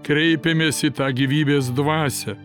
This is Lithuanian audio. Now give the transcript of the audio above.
kreipiamės į tą gyvybės dvasią